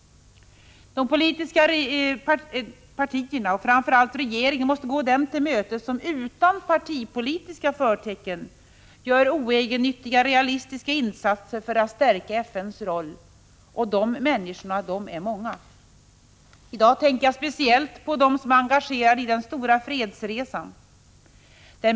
De politiska partierna och framför allt regeringen måste gå dem till mötes som utan partipolitiska förtecken gör oegennyttiga, realistiska insatser för att stärka FN:s roll — och de människorna är många. I dag tänker jag speciellt på dem som är engagerade i den stora fredsresan.